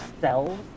cells